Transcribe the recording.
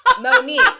Monique